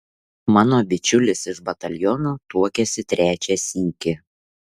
mano bičiulis iš bataliono tuokėsi trečią sykį